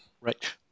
Right